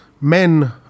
men